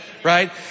Right